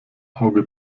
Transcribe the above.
auge